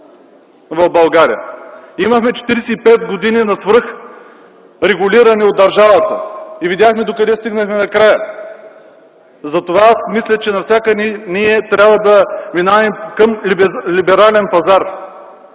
в България. Имахме 45 години на свръхрегулиране от държавата и видяхме докъде стигнахме накрая. Затова аз мисля, че ние трябва да минем на всяка цена към либерален пазар.